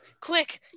Quick